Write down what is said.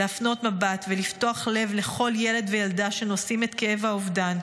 להפנות מבט ולפתוח לב לכל ילד וילדה שנושאים את כאב האובדן.